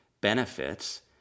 benefits